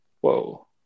whoa